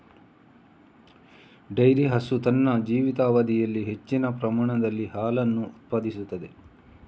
dairy ಹಸು ತನ್ನ ಜೀವಿತಾವಧಿಯಲ್ಲಿ ಹೆಚ್ಚಿನ ಪ್ರಮಾಣದಲ್ಲಿ ಹಾಲನ್ನು ಉತ್ಪಾದಿಸುತ್ತದೆ